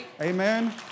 amen